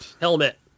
helmet